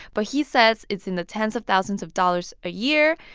but he says it's in the tens of thousands of dollars a year,